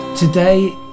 Today